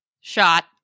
shot